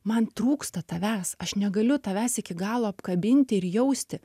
man trūksta tavęs aš negaliu tavęs iki galo apkabint ir jausti